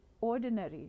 ordinary